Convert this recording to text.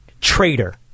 traitor